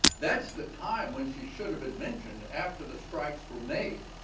that's the time when she should have been mentioned, after the strikes were made.